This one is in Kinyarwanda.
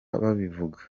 babivuga